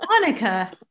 Monica